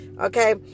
Okay